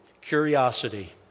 curiosity